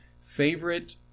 favorite